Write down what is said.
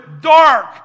dark